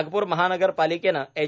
नागप्र महानगरपालिकेनं एच